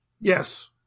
Yes